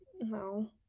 no